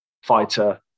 Fighter